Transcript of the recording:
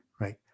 Right